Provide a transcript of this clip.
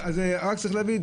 נכסים.